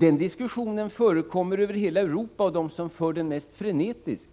Den diskussionen förekommer över hela Europa. Man för den mest frenetiskt